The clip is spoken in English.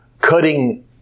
cutting